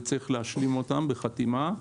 וצריך להשלים אותם בחתימה,